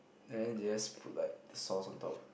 then they just put like the sauce on top